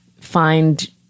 find